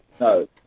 No